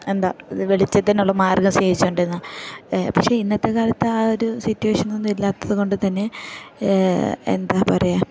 എന്താ വെളിച്ചത്തിനുള്ള മാർഗ്ഗം സ്വീകരിച്ചു കൊണ്ടിരുന്നത് പക്ഷെ ഇന്നത്തെ കാലത്ത് ആ ഒരു സിറ്റുവേഷനൊന്നും ഇല്ലാത്തത് കൊണ്ടു തന്നെ എന്താ പറയുക